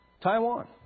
Taiwan